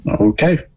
okay